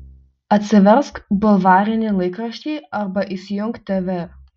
atsiversk bulvarinį laikraštį arba įsijunk tv